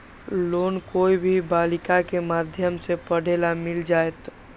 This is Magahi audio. लोन कोई भी बालिका के माध्यम से पढे ला मिल जायत?